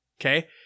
okay